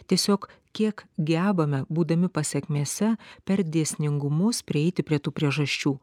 tiesiog kiek gebame būdami pasekmėse per dėsningumus prieiti prie tų priežasčių